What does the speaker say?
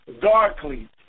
darkly